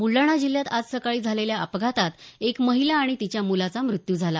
बूलडाणा जिल्ह्यात आज सकाळी झालेल्या अपघातात एक महिला आणि तिच्या मुलाचा मृत्यू झाला